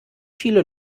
viele